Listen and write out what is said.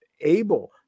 able –